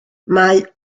mae